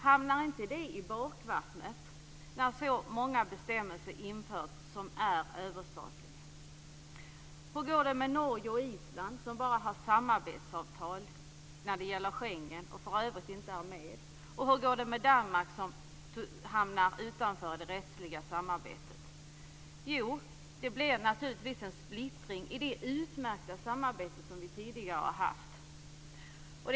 Hamnar det inte i bakvattnet när så många överstatliga bestämmelser införs? Hur går det med Norge och Island, som bara har samarbetsavtal när det gäller Schengen och som i övrigt inte är medlemmar? Och hur går det med Danmark, som hamnar utanför det rättsliga samarbetet? Jo, det blir naturligtvis en splittring i det utmärkta samarbete som vi tidigare har haft.